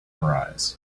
arise